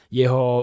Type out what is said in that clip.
jeho